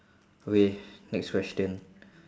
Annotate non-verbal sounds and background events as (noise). okay next question (breath)